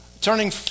Turning